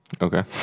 Okay